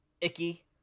Icky